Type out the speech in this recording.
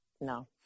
No